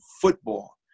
football